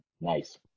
nice